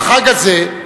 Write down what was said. בחג הזה,